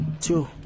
two